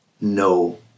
no